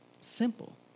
simple